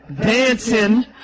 dancing